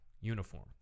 uniform